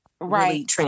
Right